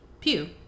Pew